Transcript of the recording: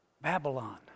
Babylon